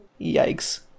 Yikes